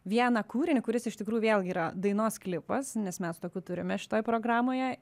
vieną kūrinį kuris iš tikrųjų vėlgi yra dainos klipas nes mes tokių turime šitoj programoje